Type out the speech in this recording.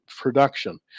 production